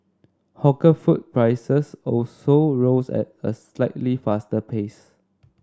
hawker food prices also rose at a slightly faster pace